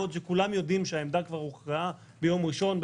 בעוד שכולם יודעים שהעמדה כבר הוכרעה ביום ראשון,